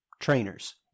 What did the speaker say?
trainers